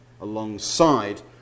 alongside